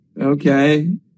okay